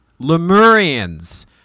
Lemurians